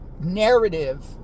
narrative